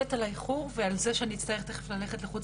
מתנצלת על האיחור ועל זה שאני אצטרך תיכף ללכת לוועדת חוץ